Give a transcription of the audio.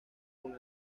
con